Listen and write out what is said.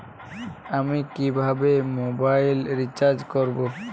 আমি কিভাবে mobile recharge করব?